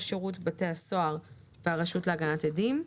שירות בתי הסוהר והרשות להגנת עדים.